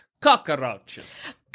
cockroaches